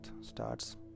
starts